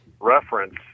reference